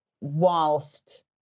Whilst